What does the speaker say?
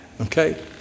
Okay